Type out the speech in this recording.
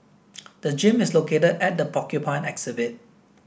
the gym is located at the Porcupine exhibit